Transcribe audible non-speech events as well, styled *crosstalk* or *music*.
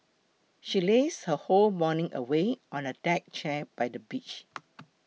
she lazed her whole morning away on a deck chair by the beach *noise*